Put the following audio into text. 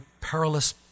perilous